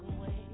away